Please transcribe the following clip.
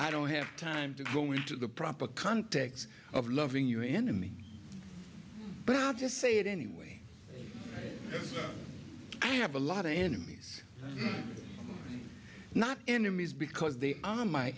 i don't have time to go into the proper context of loving your enemy but just say it anyway i have a lot of enemies not enemies because they